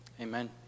Amen